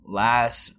last